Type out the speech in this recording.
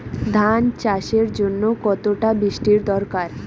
ধান চাষের জন্য কতটা বৃষ্টির দরকার?